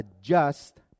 adjust